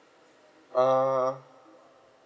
uh